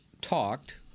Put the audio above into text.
talked